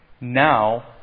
Now